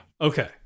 Okay